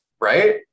Right